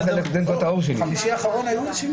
זה היה חלק מהטיעון שלי.